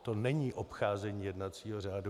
To není obcházení jednacího řádu.